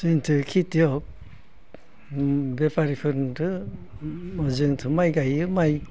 जोंथ' खेथिय'ग बेफारिफोरनोथ' जोंथ' माइ गायो माइ